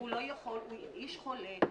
הוא איש חולה.